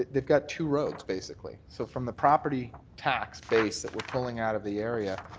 they've got two roads, basically. so from the property tax base that we're pulling out of the area,